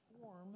perform